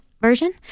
version